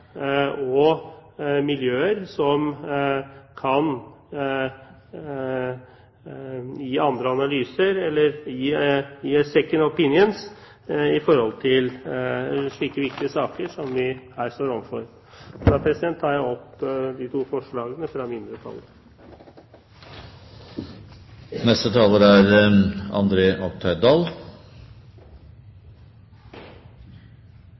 og miljøer som kan gi andre analyser, gi en «second opinion», i slike viktige saker som vi her står overfor. Jeg tar opp de to forslagene fra mindretallet. Representanten Hans Frode Kielland Asmyhr har tatt opp de forslagene han refererte til. Jeg beklager at Høyre er